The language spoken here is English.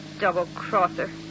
double-crosser